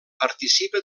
participa